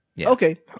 Okay